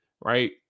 right